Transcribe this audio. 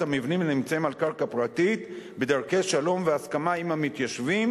המבנים הנמצאים על קרקע פרטית בדרכי שלום והסכמה עם המתיישבים.